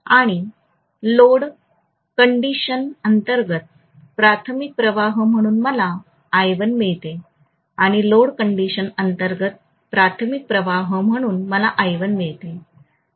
आणि load condition अंतर्गत प्राथमिक प्रवाह म्हणून मला I1 मिळते आणि लोड कंडिशन अंतर्गत प्राथमिक प्रवाह म्हणून मला I1 मिळते